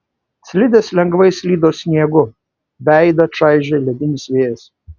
slidės lengvai slydo sniegu veidą čaižė ledinis vėjas